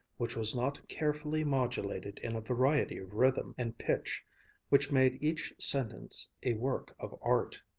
which was not carefully modulated in a variety of rhythm and pitch which made each sentence a work of art.